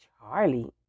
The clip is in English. charlie